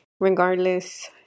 regardless